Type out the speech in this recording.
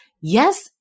Yes